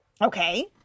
Okay